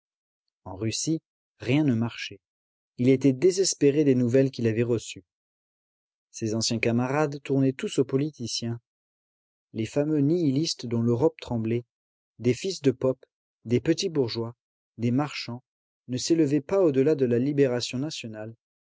en russie rien ne marchait il était désespéré des nouvelles qu'il avait reçues ses anciens camarades tournaient tous aux politiciens les fameux nihilistes dont l'europe tremblait des fils de pope des petits bourgeois des marchands ne s'élevaient pas au-delà de la libération nationale